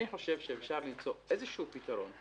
אני חושב שאפשר למצוא איזשהו פתרון,